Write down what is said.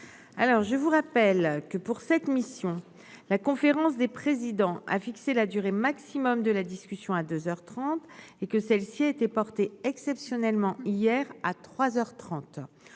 alors je vous rappelle que pour cette mission, la conférence des présidents a fixé la durée maximum de la discussion à 2 heures 30 et que celle-ci été porté exceptionnellement hier à 3